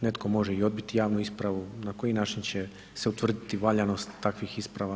Netko može i odbiti javnu ispravu, na koji način će se utvrditi valjanost takvih isprava.